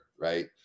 right